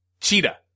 Cheetah